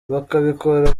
bakabikora